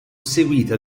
seguita